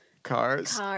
Cars